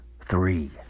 Three